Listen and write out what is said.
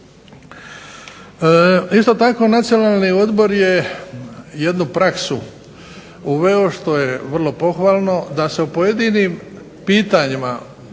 Isto tako, Nacionalni odbor je jednu praksu uveo što je vrlo pohvalno, da se pojedinim pitanjima